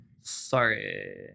Sorry